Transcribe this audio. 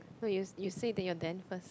no you you say that you're then first